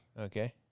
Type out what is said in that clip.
Okay